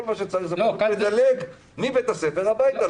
כל מה שצריך זה להעביר את הציוד מבית הספר הביתה,